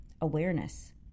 awareness